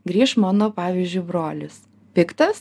grįš mano pavyžiui brolis piktas